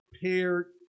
paired